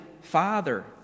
Father